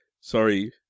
Sorry